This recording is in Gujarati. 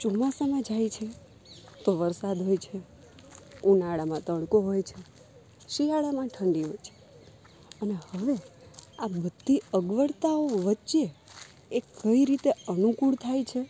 ચોમાસામાં જાય છે તો વરસાદ હોય છે ઉનાળામાં તડકો હોય છે શિયાળામાં ઠંડી હોય છે અને હવે આ બધી અવગડતાઓ વચ્ચે એ કઈ રીતે અનુકૂળ થાય છે